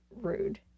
rude